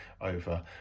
over